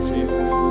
Jesus